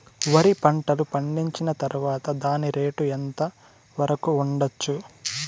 వరి పంటలు పండించిన తర్వాత దాని రేటు ఎంత వరకు ఉండచ్చు